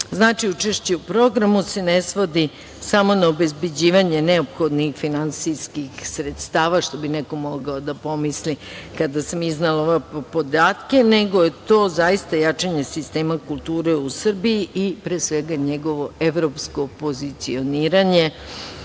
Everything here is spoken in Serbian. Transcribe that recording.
evra. Znači, učešće u programu se ne svodi samo na obezbeđivanje neophodnih finansijskih sredstava, što bi neko mogao da pomisli kada sam iznela ove podatke, nego je to zaista jačanje sistema kulture u Srbiji, i pre svega, njegovo evropsko pozicioniranje,